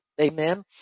Amen